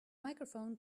microphone